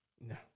No